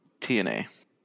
TNA